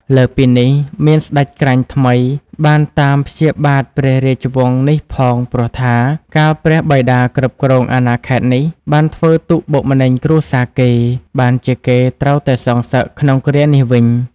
លើសពីនេះ មានស្ដេចក្រាញ់ថ្មីបានតាមព្យាបាទព្រះរាជវង្សនេះផងព្រោះថា កាលព្រះបិតាគ្រប់គ្រងអាណាខេត្តនេះ បានធ្វើទុក្ខបុកម្នេញគ្រួសារគេ បានជាគេត្រូវតែសងសឹកក្នុងគ្រានេះវិញ ។